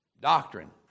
doctrine